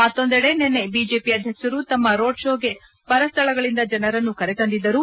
ಮತ್ತೊಂದೆಡೆ ನಿನ್ನೆ ಬಿಜೆಪಿ ಅಧ್ಯಕ್ಷರು ತಮ್ಮ ರೋಡ್ ಶೋಗೆ ಪರ ಸ್ದಳಗಳಿಂದ ಜನರನ್ನು ಕರೆತಂದಿದ್ದರು